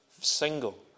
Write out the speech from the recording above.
single